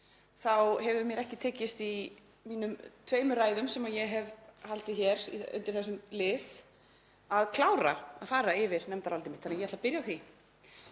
hefur mér ekki tekist, í tveimur ræðum sem ég hef haldið undir þessum lið, að klára að fara yfir nefndarálitið mitt þannig að ég ætla að byrja á því.